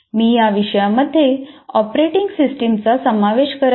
मी या विषयामध्ये ऑपरेटिंग सिस्टमचा समावेश करत नाही